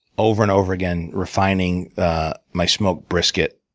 over and over again, refining my smoked brisket,